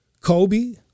Kobe